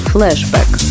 Flashback